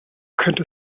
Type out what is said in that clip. könnte